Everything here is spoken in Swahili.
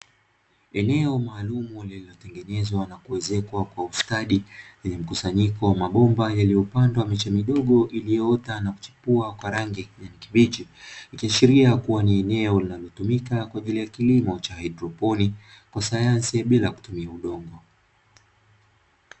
Eneo maalumu lililo tengeneza na kuezekwa kwa ustadi yenye mkusanyiko wa mabomba yaliopandwa miche midigo ilioota na kuchipua kwa rangi ya kijani kibichi, ikiasjiria kua ni eneo linalotumika kwaajili ya kilimo cha haidroponi sanyansi ya bila kutumia udongo.